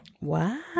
Wow